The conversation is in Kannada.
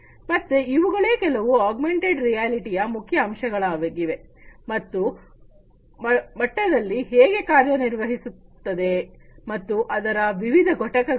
ಮತ್ತೆ ಇವುಗಳೇ ಕೆಲವು ಆಗ್ಮೆಂಟೆಡ್ ರಿಯಾಲಿಟಿಯ ಮುಖ್ಯ ಅಂಶಗಳಾಗಿವೆ ಮತ್ತು ಉನ್ನತ ಮಟ್ಟದಲ್ಲಿ ಹೇಗೆ ಕಾರ್ಯನಿರ್ವಹಿಸುತ್ತದೆ ಮತ್ತು ಅದರ ವಿವಿಧ ಘಟಕಗಳು